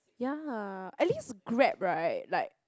ya at least Grab right like